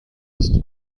ist